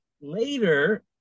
Later